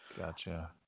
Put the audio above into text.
gotcha